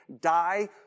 die